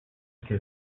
que